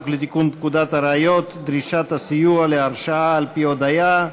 לתיקון פקודת הראיות (דרישת הסיוע להרשעה על-פי הודיה),